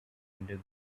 into